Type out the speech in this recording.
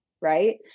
right